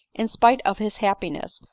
in spite of his happiness,